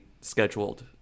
scheduled